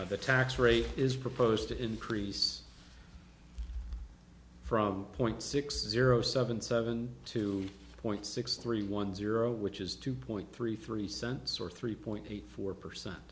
at the tax rate is proposed to increase from point six zero seven seven two point six three one zero which is two point three three cents or three point eight four percent